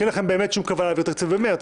כי אין לכם שום כוונה להעביר תקציב במרץ,